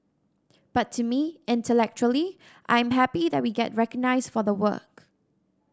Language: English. but to me intellectually I am happy that we get recognised for the work